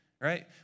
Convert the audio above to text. right